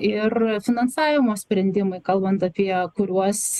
ir finansavimo sprendimai kalbant apie kuriuos